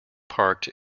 parked